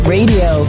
Radio